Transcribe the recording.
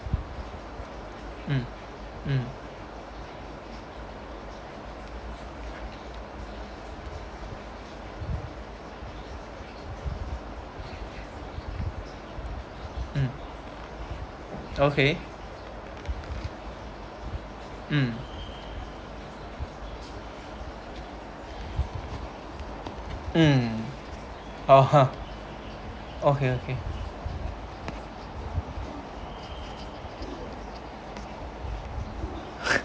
mm mm mm okay mm mm !oho! okay okay